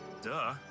Duh